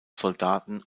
soldaten